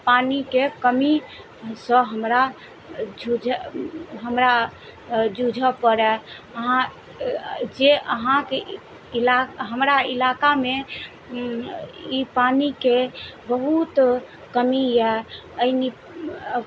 पानिके कमीसँ हमरा हमरा जुझऽ पड़य अहाँ जे अहाँके इलाक हमरा इलाकामे ई पानिके बहुत कमी यऽ